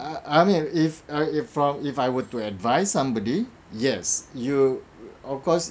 I I mean if I if for if I were to advise somebody yes you of course